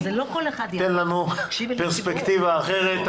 ייתן לנו פרספקטיבה אחרת.